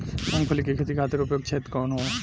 मूँगफली के खेती खातिर उपयुक्त क्षेत्र कौन वा?